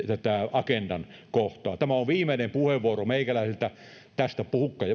agendan kohtaa tämä on viimeinen puheenvuoro meikäläiseltä tästä